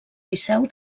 liceu